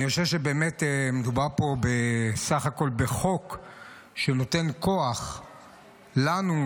אני חושב שבאמת מדובר פה בסך הכול בחוק שנותן כוח לנו,